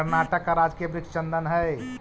कर्नाटक का राजकीय वृक्ष चंदन हई